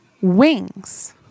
wings